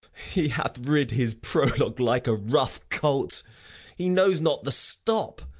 he hath rid his prologue like a rough colt he knows not the stop.